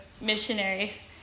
missionaries